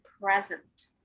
present